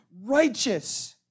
righteous